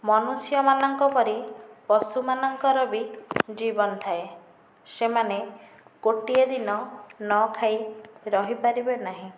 ମନୁଷ୍ୟ ମାନଙ୍କ ପରି ପଶୁମାନଙ୍କର ବି ଜୀବନ ଥାଏ ସେମାନେ ଗୋଟିଏ ଦିନ ନ ଖାଇ ରହିପାରିବେ ନାହିଁ